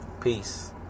Peace